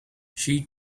she